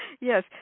Yes